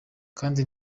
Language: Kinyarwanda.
kandi